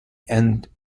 and